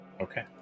Okay